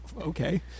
okay